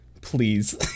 please